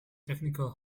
technical